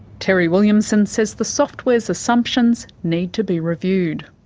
terry williamson says the software's assumptions need to be reviewed.